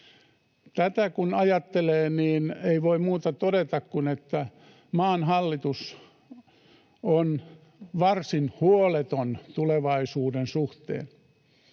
Tätä kun ajattelee, niin ei voi muuta todeta kuin että maan hallitus on varsin huoleton tulevaisuuden suhteen.